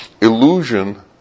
illusion